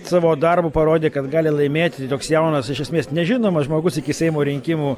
savo darbu parodė kad gali laimėti toks jaunas iš esmės nežinomas žmogus iki seimo rinkimų